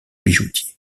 bijoutier